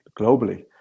globally